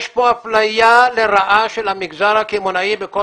יש כאן אפליה לרעה של המגזר הקמעונאי בכל